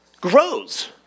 grows